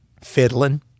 fiddling